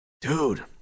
Dude